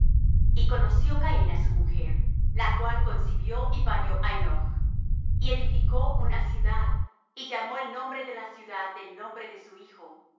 y conoció caín á su mujer la cual concibió y parió á henoch y edificó una ciudad y llamó el nombre de la ciudad del nombre de su hijo